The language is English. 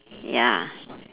ya